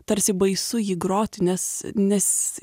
tarsi baisu jį groti nes nes